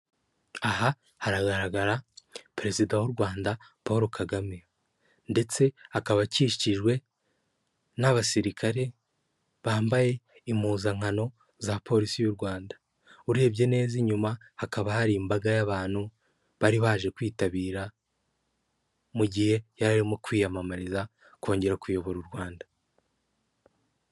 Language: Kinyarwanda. Aha haragaragara perezida w'u Rwanda Paul Kagame, ndetse akaba akikijwe n'abasirikare bambaye impuzankano za polisi y'u Rwanda urebye neza inyuma hakaba hari imbaga y'abantu bari baje kwitabira mu gihe yarimo kwiyamamariza kongera kuyobora u Rwanda.